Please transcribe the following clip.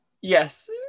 Yes